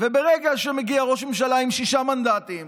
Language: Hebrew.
וברגע שמגיע ראש ממשלה עם שישה מנדטים